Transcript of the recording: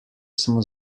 smo